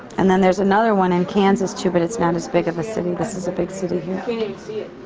and then there's another one in kansas, too, but it's not as big of a city. this is a big city here. you can't even see it.